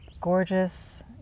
gorgeous